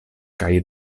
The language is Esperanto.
kaj